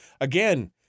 Again